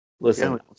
listen